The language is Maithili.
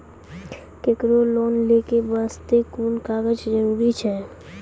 केकरो लोन लै के बास्ते कुन कागज जरूरी छै?